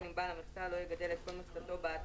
אם בעל המכסה לא יגדל את כל מכסתו באתר